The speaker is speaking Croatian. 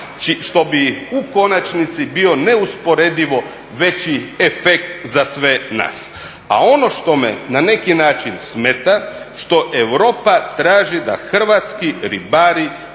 što bi u konačnici bio neusporedivo veći efekt za sve nas. A ono što me na neki način smeta, što Europa traži da hrvatski ribari